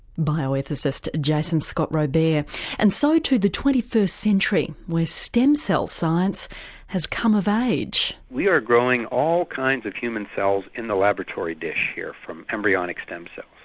bioethicist jason scott robertand and so to the twenty first century, where stem cell science has come of age. we are growing all kinds of human cells in the laboratory dish here from embryonic stem cells.